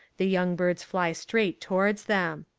the young birds fly straight towards them.